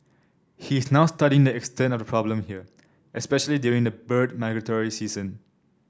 he is now studying the extent of the problem here especially during the bird migratory season